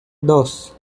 dos